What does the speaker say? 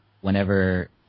whenever